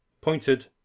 pointed